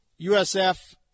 USF